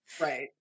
Right